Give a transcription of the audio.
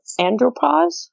andropause